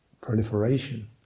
proliferation